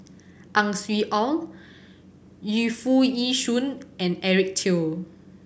Ang Swee Aun Yu Foo Yee Shoon and Eric Teo